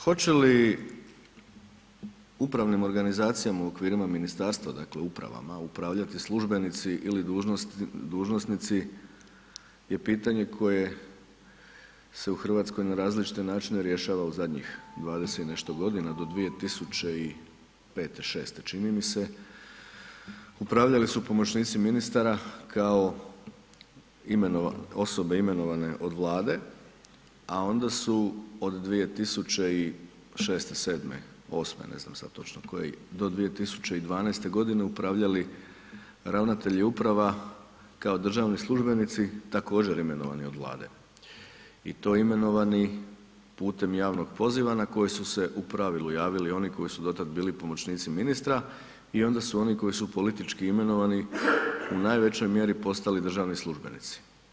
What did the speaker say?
Hoće li upravnim organizacijama u okvirima ministarstva dakle, upravama upravljati službenici ili dužnosnici je pitanje koje se u Hrvatskoj na različite rješava u zadnjih 20 i nešto godina, do 2005., 2006. čini mi se upravljali su pomoćnici ministara kao osobe imenovane od Vlade a onda su od 2006., 2007., 2008., ne znam sam točno koje, do 2012. g. upravljali ravnatelji uprava kao državni službenici, također imenovani od Vlade i to imenovani putem javnog poziva na koji su se u pravilu javili oni koji su do tad bili pomoćnici ministra i onda su opni koji su politički imenovani u najvećoj mjeri postali državni službenici.